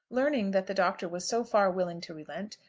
learning that the doctor was so far willing to relent,